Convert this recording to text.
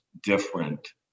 different